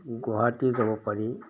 গুৱাহাটী যাব পাৰি